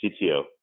CTO